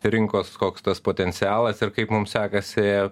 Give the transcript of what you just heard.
rinkos koks tas potencialas ir kaip mums sekasi